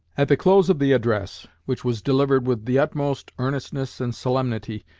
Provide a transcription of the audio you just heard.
at the close of the address, which was delivered with the utmost earnestness and solemnity,